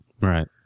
Right